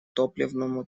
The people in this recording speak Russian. топливному